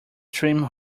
trim